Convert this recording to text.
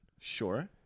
Sure